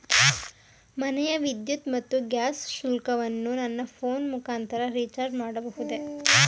ಮನೆಯ ವಿದ್ಯುತ್ ಮತ್ತು ಗ್ಯಾಸ್ ಶುಲ್ಕವನ್ನು ನನ್ನ ಫೋನ್ ಮುಖಾಂತರ ರಿಚಾರ್ಜ್ ಮಾಡಬಹುದೇ?